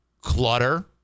Clutter